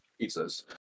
pizzas